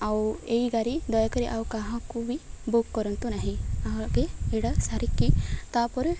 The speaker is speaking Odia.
ଆଉ ଏଇ ଗାଡ଼ି ଦୟାକରି ଆଉ କାହାକୁ ବି ବୁକ୍ କରନ୍ତୁ ନାହିଁ ଆଗେ ଏଇଟା ସାରିକି ତା'ପରେ